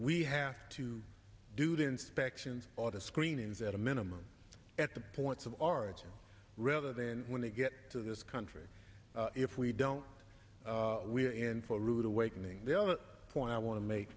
we have to do the inspections audit screenings at a minimum at the points of origin rather then when they get to this country if we don't we're in for a rude awakening the other point i want to make